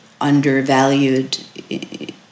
undervalued